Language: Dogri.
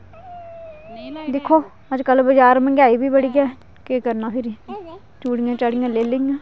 दिक्खो अजकल बजार मंहगाई बी बड़ी ऐ केह् करना फ्हिरी चूड़ियां चाडियां लेई लेइयां